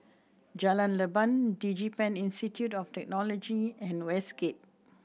Jalan Leban DigiPen Institute of Technology and Westgate